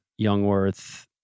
Youngworth